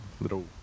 little